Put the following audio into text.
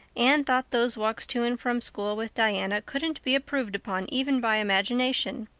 anne thought those walks to and from school with diana couldn't be improved upon even by imagination.